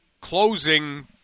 closing